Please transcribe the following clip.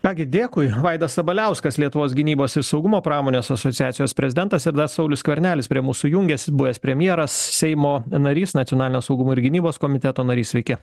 ką gi dėkui vaidas sabaliauskas lietuvos gynybos ir saugumo pramonės asociacijos prezidentas ir dar saulius skvernelis prie mūsų jungiasi buvęs premjeras seimo narys nacionalinio saugumo ir gynybos komiteto narys sveiki